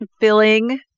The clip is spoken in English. filling